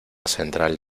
central